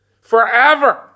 forever